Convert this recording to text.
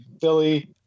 Philly